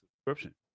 subscription